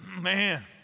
man